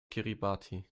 kiribati